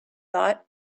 thought